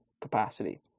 capacity